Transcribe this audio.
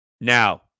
Now